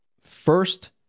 first